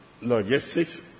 logistics